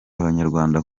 abanyarwanda